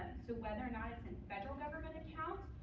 so whether or not it's in federal government accounts,